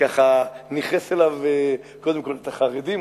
ככה ניכס אליו קודם כול את החרדים.